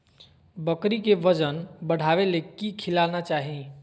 बकरी के वजन बढ़ावे ले की खिलाना चाही?